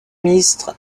ministre